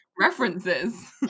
References